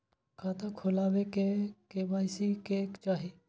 खाता खोला बे में के.वाई.सी के चाहि?